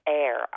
air